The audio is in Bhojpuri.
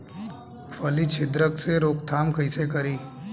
फली छिद्रक के रोकथाम कईसे करी?